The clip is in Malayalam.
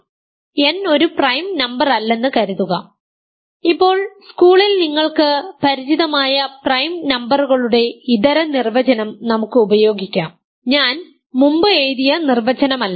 അതിനാൽ n ഒരു പ്രൈം നമ്പറല്ലെന്ന് കരുതുക അതിനാൽ ഇപ്പോൾ സ്കൂളിൽ നിങ്ങൾക്ക് പരിചിതമായ പ്രൈം നമ്പറുകളുടെ ഇതര നിർവചനം നമുക്ക് ഉപയോഗിക്കാം ഞാൻ മുമ്പ് എഴുതിയ നിർവചനമല്ല